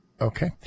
Okay